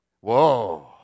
whoa